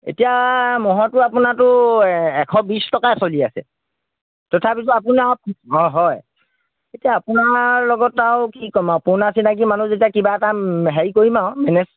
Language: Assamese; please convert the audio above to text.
এতিয়া ম'হৰটো আপোনাৰটো এশ বিছ টকাই চলি আছে তথাপিতো আপোনাক অঁ হয় এতিয়া আপোনাৰ লগত আৰু কি ক'ম আৰু পুৰণা চিনাকি মানুহ যেতিয়া কিবা এটা হেৰি কৰিম আৰু মেনেজ